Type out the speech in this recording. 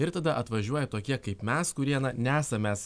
ir tada atvažiuoja tokie kaip mes kurie na nesam mes